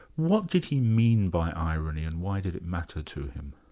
what did he mean by irony and why did it matter to him?